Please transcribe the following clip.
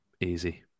Easy